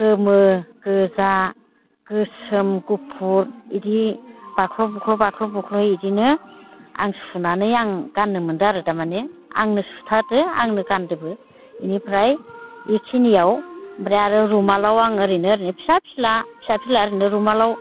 गोमो गोजा गोसोम गुफुर बिदि बाख्ल' बुख्ल' बाख्ल' बुख्ल'यै बिदिनो आं सुनानै आं गाननो मोन्दों आरो तारमाने आंनो सुथारदों आंनो गान्दोंबो बेनिफ्राय बेखिनियाव ओमफ्राय आरो रुमालाव आं ओरैनो ओरैनो फिसा फिस्ला फिसा फिला ओरैनो रुमालाव